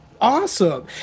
Awesome